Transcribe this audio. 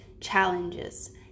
challenges